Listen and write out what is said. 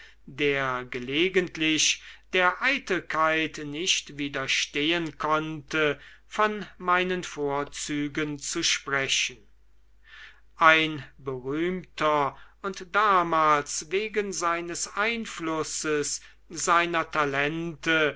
der gelegentlich der eitelkeit nicht widerstehen konnte von meinen vorzügen zu sprechen ein berühmter und damals wegen seines einflusses seiner talente